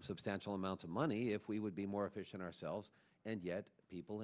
substantial amounts of money if we would be more efficient ourselves and yet people